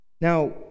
Now